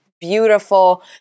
beautiful